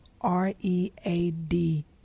R-E-A-D